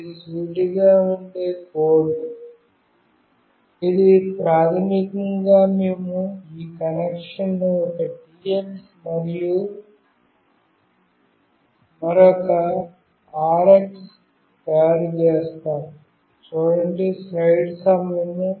ఇది సూటిగా ఉండే కోడ్ ఇక్కడ ప్రాథమికంగా మేము ఈ కనెక్షన్ను ఒక TX మరియు మరొక RX తయారుచేసాము